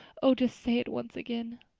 oh, just say it once again.